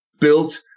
built